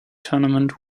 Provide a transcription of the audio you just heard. tournament